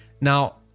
Now